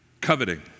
Coveting